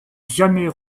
jamais